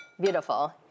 Beautiful